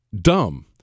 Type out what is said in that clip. dumb